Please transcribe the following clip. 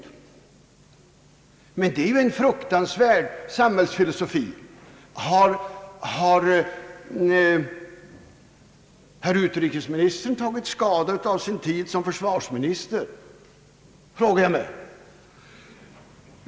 Det är ju en fruktansvärd samhällsfilosofi. Har herr utrikesministern tagit skada av sin tid som försvarsminister, frågar jag mig.